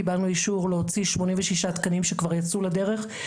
קיבלנו אישור להוציא שמונים ושישה תקנים שכבר יצאו לדרך.